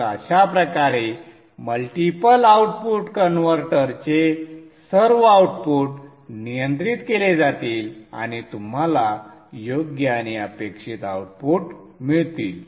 तर अशा प्रकारे मल्टिपल आउटपुट कन्व्हर्टरचे सर्व आउटपुट नियंत्रित केले जातील आणि तुम्हाला योग्य आणि अपेक्षित आउटपुट मिळतील